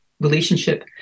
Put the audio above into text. relationship